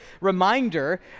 reminder